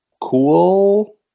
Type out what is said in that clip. cool